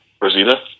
Rosita